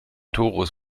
torus